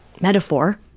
metaphor